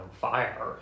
fire